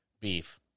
beef